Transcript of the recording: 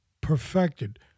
perfected